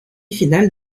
finale